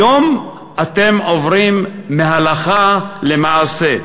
היום אתם עוברים מהלכה למעשה.